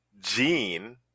gene